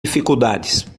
dificuldades